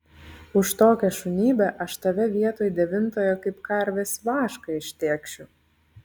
už tokią šunybę aš tave vietoj devintojo kaip karvės vašką ištėkšiu